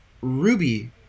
Ruby